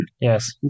Yes